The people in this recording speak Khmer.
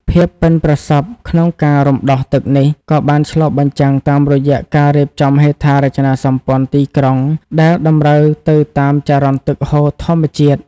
ភាពប៉ិនប្រសប់ក្នុងការរំដោះទឹកនេះ ក៏បានឆ្លុះបញ្ចាំងតាមរយៈការរៀបចំហេដ្ឋារចនាសម្ព័ន្ធទីក្រុងដែលតម្រូវទៅតាមចរន្តទឹកហូរធម្មជាតិ។